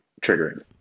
triggering